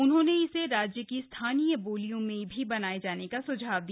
उन्होंने इसे राज्य की स्थानीय बोलियों में भी बनाये जाने का सुझाव दिया